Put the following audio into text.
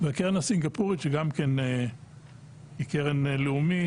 והקרן הסינגפורית שהיא גם קרן לאומית.